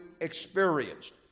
experienced